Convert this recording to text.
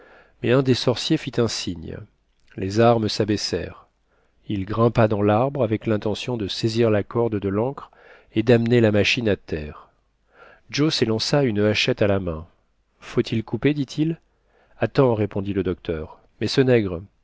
mais un des sorciers fit un signe les armes s'abaissèrent il grimpa dans larbre avec l'intention de saisir la corde de l'ancre et d'amener la machine à terre joe s'élança une hachette à la main faut-il couper dit-il attends répondit le docteur mais ce nègre